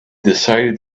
decided